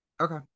Okay